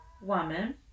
woman